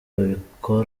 babikora